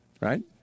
right